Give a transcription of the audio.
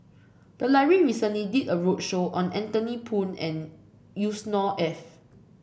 the library recently did a roadshow on Anthony Poon and Yusnor Ef